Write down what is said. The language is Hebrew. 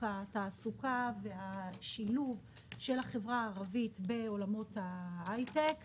התעסוקה והשילוב של החברה הערבית בעולם ההייטק.